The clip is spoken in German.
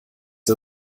der